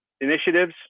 initiatives